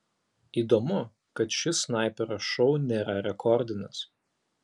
įdomu kad šis snaiperio šou nėra rekordinis